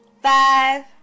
five